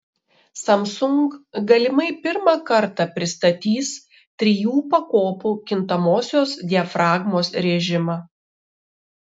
samsung galimai pirmą kartą pristatys trijų pakopų kintamosios diafragmos rėžimą